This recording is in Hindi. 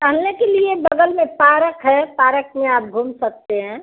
टहलने के लिए बगल में पारक है पारक में आप घूम सकते हैं